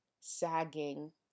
sagging